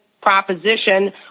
proposition